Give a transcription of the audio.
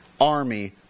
army